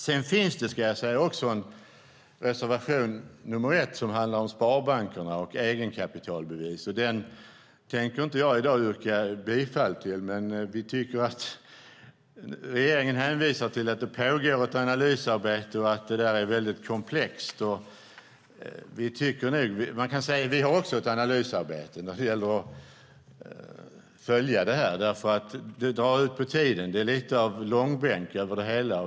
Sedan finns det också en reservation nr 1 som handlar om sparbankerna och egenkapitalbevis. Jag tänker inte yrka bifall till den i dag. Regeringen hänvisar till att det pågår ett analysarbete och att det är mycket komplext. Man kan säga att vi också har ett analysarbete när det gäller att följa detta eftersom det drar ut på tiden. Det är lite av långbänk över det hela.